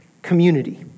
Community